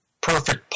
perfect